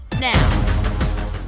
now